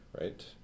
right